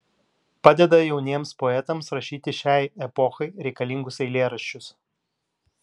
padeda jauniems poetams rašyti šiai epochai reikalingus eilėraščius